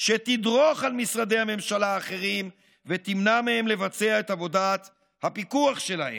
שתדרוך על משרדי הממשלה האחרים ותמנע מהם לבצע את עבודת הפיקוח שלהם.